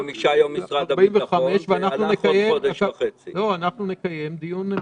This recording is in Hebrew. אנחנו נקיים דיון המשך.